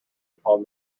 upon